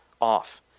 off